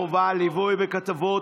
חובת ליווי בכתוביות,